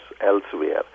elsewhere